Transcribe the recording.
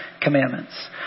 commandments